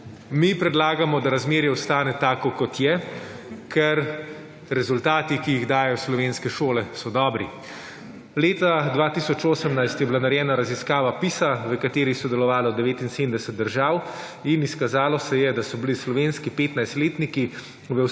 Mi predlagamo, da razmerje ostane tako, kot je, ker rezultati, ki jih dajejo slovenske šole, so dobri. Leta 2018 je bila narejena raziskava PIS-a(?), v kateri je sodelovalo 79 držav in izkazalo se je, da so bili slovenski petnajstletniki,